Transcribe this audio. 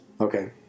Okay